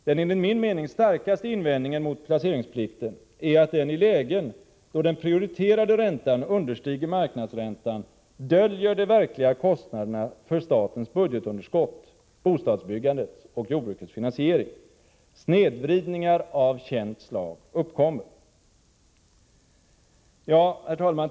Den enligt min mening starkaste invändningen mot placeringsplikten är att den i lägen då den prioriterade räntan understiger marknadsräntan döljer de verkliga kostnaderna för statens budgetunderskott, bostadsbyggandet och jordbrukets finansiering. Snedvridningar av känt slag uppkommer. Herr talman!